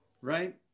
right